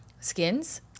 Skins